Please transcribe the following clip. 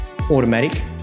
automatic